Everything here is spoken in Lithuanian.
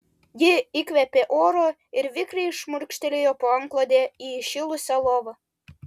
ji įkvėpė oro ir vikriai šmurkštelėjo po antklode į įšilusią lovą